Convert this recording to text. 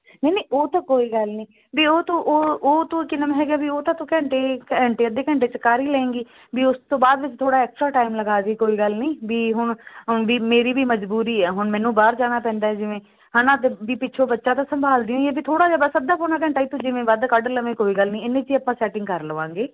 ਨਹੀਂ ਉਹ ਤਾਂ ਕੋਈ ਗੱਲ ਨਹੀਂ ਵੀ ਉਹ ਤੋਂ ਉਹ ਤੋਂ ਕੀ ਨਾਮ ਹੈਗਾ ਉਹ ਤਾਂ ਤੂੰ ਘੰਟੇ ਘੰਟੇ ਅੱਧੇ ਘੰਟੇ ਚ ਕਰ ਹੀ ਲਏਗੀ ਵੀ ਉਸ ਤੋਂ ਬਾਅਦ ਥੋੜਾ ਐਕਸਟਰਾ ਟਾਈਮ ਲਗਾ ਦੀ ਕੋਈ ਗੱਲ ਨਹੀਂ ਵੀ ਹੁਣ ਮੇਰੀ ਵੀ ਮਜਬੂਰੀ ਆ ਹੁਣ ਮੈਨੂੰ ਬਾਹਰ ਜਾਣਾ ਪੈਂਦਾ ਜਿਵੇਂ ਹਨਾ ਵੀ ਪਿੱਛੋਂ ਬੱਚਾ ਤਾਂ ਸੰਭਾਲਦੀ ਏ ਥੋੜਾ ਜਿਹਾ ਬਸ ਅੱਧਾ ਪੋਣਾ ਘੰਟਾ ਜਿਵੇਂ ਤੂੰ ਵੱਧ ਕੱਢ ਲਵੇ ਕੋਈ ਗੱਲ ਨਹੀਂ ਇਨੀ ਆਪਾਂ ਸੈਟਿੰਗ ਕਰ ਲਵਾਂਗੇ